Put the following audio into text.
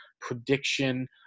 prediction